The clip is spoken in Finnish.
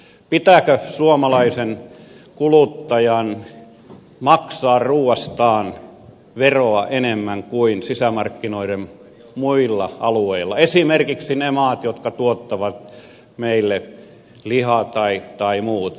pitääkö suomalaisen kuluttajan maksaa ruuastaan veroa enemmän kuin sisämarkkinoiden muilla alueilla esimerkiksi niissä maissa jotka tuottavat meille lihaa tai muuta